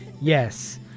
Yes